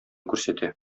күрсәтә